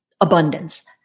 abundance